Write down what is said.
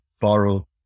borrow